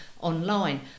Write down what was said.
online